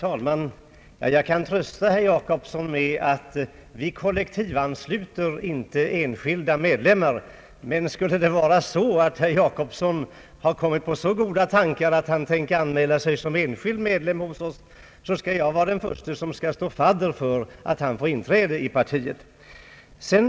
Herr talman! Jag kan trösta herr Gösta Jacobsson med att vi inte kollektivansluter enskilda medlemmar. Men skulle det vara så att herr Jacobsson har kommit på så goda tankar, att han vill anmäla sig som enskild medlem hos oss, så är jag den förste som vill stå fadder för honom så att han får inträde i partiet.